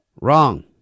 wrong